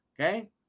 okay